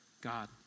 God